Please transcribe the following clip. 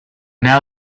now